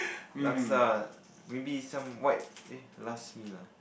laksa maybe some white eh last meal ah